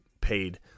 paid